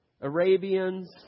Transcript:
Arabians